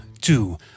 two